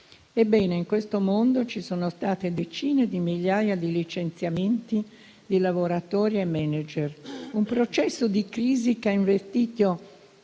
Ebbene, in questo mondo ci sono state decine di migliaia di licenziamenti di lavoratori e *manager*, un processo di crisi che ha investito